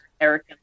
Eric